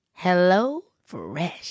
HelloFresh